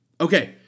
okay